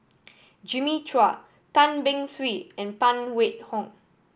Jimmy Chua Tan Beng Swee and Phan Wait Hong